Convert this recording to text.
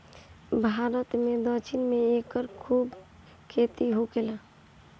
भारत के दक्षिण में एकर खूब खेती होखेला